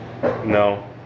No